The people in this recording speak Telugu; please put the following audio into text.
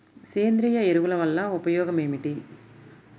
సేంద్రీయ ఎరువుల వల్ల ఉపయోగమేమిటీ?